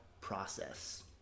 process